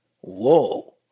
whoa